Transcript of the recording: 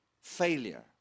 failure